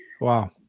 Wow